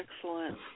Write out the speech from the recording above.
Excellent